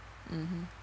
mm